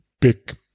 big